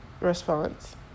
response